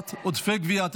158) (השבת עודפי גבייה של ארנונה),